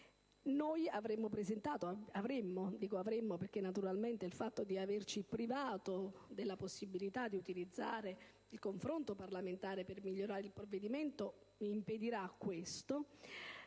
Noi avremmo presentato (uso il condizionale perché, naturalmente, il fatto di privarci della possibilità di utilizzare il confronto parlamentare per migliorare il provvedimento impedirà l'esame